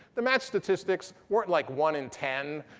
the match statistics weren't like, one in ten,